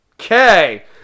Okay